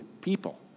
people